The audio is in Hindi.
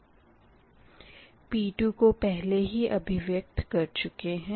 P2 को पहले ही अभिव्यक्त कर चुके है